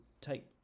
take